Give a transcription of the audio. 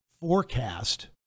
forecast